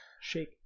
Shake